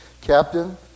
captain